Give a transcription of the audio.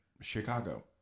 Chicago